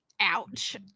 Ouch